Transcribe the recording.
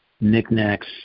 knickknacks